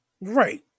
Right